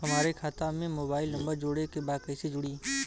हमारे खाता मे मोबाइल नम्बर जोड़े के बा कैसे जुड़ी?